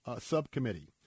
Subcommittee